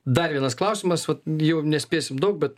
dar vienas klausimas vat jau nespėsim daug bet